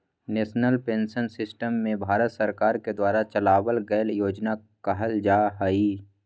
national pension system के भारत सरकार के द्वारा चलावल गइल योजना कहल जा हई